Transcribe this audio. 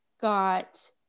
got